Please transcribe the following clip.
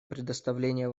предоставление